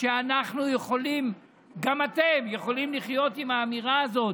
שאנחנו וגם אתם יכולים לחיות עם האמירה הזאת.